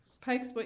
Pikes